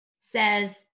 says